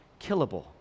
killable